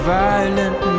violent